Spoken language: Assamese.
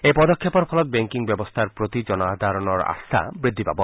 এই পদক্ষেপৰ ফলত বেংকিং ব্যৱস্থাৰ প্ৰতি জনসাধাৰণৰ আস্থা বৃদ্ধি পাব